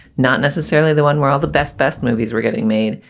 not necessarily the one where all the best best movies were getting made,